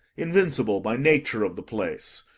invincible by nature of the place.